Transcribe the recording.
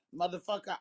motherfucker